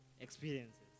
experiences